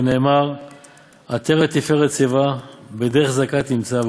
שנאמר 'עטרת תפארת שיבה בדרך צדקה תמצא',